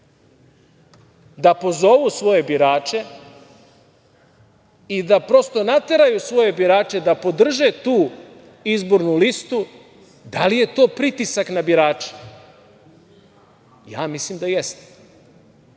da pozovu svoje birače i da prosto nateraju svoje birače da podrže tu izbornu listu, da li je to pritisak na birače? Ja mislim da jeste. Evo,